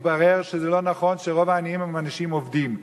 התברר שזה לא נכון, שרוב העניים הם אנשים עובדים.